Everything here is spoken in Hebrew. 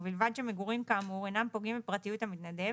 ובלבד שהמגורים כאמור אינם פוגעים בפרטיות המתנדב